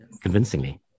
convincingly